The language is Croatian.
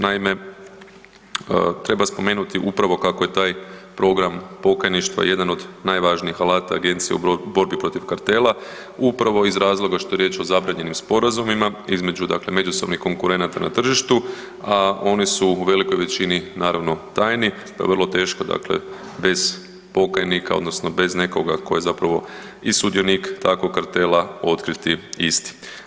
Naime, treba spomenuti upravo kako je taj program pokajništva jedan od najvažnijih alata agencije u borbi protiv kartela upravo iz razloga što je riječ o zabranjenim sporazumima između, dakle međusobnih konkurenata na tržištu, a oni su u velikoj većini naravno tajni, pa je vrlo teško dakle bez pokajnika, odnosno bez nekoga tko je zapravo i sudionik takvog kartela otkriti isti.